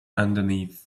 underneath